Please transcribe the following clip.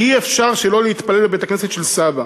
כי אי-אפשר שלא להתפלל בבית-הכנסת של סבא.